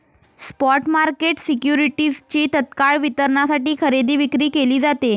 spot market सिक्युरिटीजची तत्काळ वितरणासाठी खरेदी विक्री केली जाते